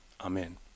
Amen